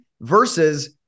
versus